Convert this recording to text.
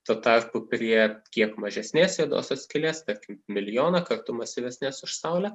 tuo tarpu prie kiek mažesnės juodosios skylės tarkim milijoną kartų masyvesnės už saulę